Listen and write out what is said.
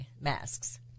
masks